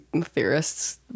theorists